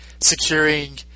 Securing